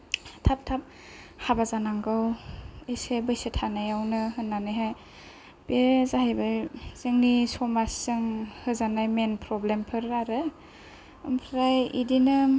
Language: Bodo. थाब थाब हाबा जानांगौ एसे बैसो थानायावनो होननानै हाय बे जाहैबाय जोंनि समाजजों होजानाय मेन फ्रब्लेमफोर आरो ओमफ्राय इदिनो